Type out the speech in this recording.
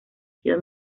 sido